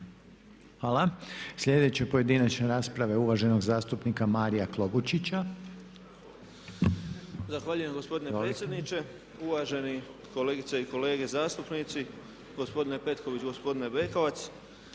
Hvala. Sljedeća pojedinačna rasprava je uvaženog zastupnika Maria Klobučića. **Klobučić, Mario (MOST)** Zahvaljujem gospodine predsjedniče, uvažene kolegice i kolege zastupnici, gospodine Petkoviću, gospodine Bekavac.